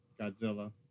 Godzilla